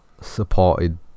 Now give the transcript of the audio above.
supported